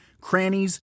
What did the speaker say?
crannies